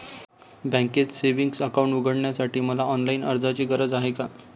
बँकेत savings account उघडण्यासाठी मला ऑनलाईन अर्जाची गरज आहे का?